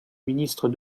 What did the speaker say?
ministre